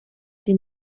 die